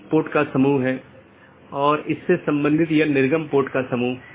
एक IBGP protocol है जो कि सब चीजों से जुड़ा हुआ है